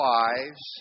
lives